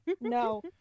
No